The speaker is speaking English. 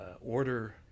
order